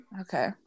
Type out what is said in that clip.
Okay